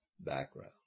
background